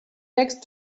next